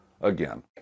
again